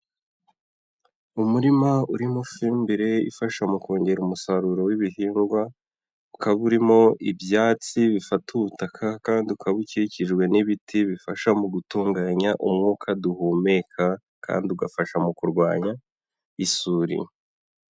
Umurima urimo ifumbire ifasha mu kongera umusaruro w'ibihingwa, ukaba urimo ibyatsi bifata ubutaka kandi ukaba ukikijwe n'ibiti bifasha mu gutunganya umwuka duhumeka kandi ugafasha mu kurwanya isuri.